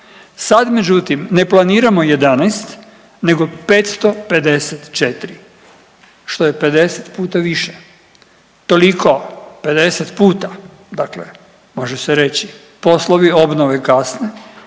sad međutim ne planiramo 11 nego 554, što je 50 puta više, toliko 50 puta, dakle može se reći poslovi obnove kasne,